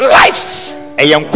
life